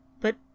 But